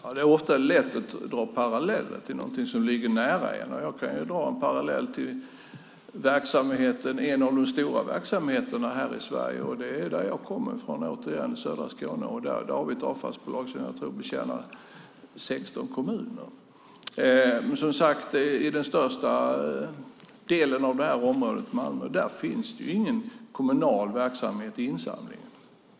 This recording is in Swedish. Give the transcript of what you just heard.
Fru talman! Det är lätt att dra paralleller till något som ligger nära en. Jag kan dra en parallell till verksamheten där jag kommer från, i södra Skåne. Där har vi ett avfallsbolag som jag tror betjänar 16 kommuner. I den största delen av det området, i Malmö, finns det ingen kommunal verksamhet i insamlingen.